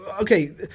Okay